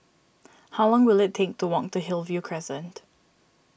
how long will it take to walk to Hillview Crescent